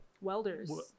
welders